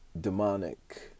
demonic